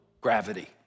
gravity